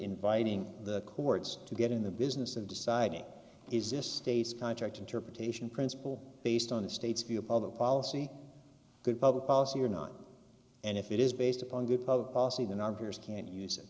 inviting the courts to get in the business of deciding is this state's contract interpretation principle based on the state's view of public policy good public policy or not and if it is based upon good public policy than our peers can use it